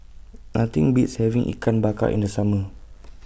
Nothing Beats having Ikan Bakar in The Summer